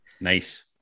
Nice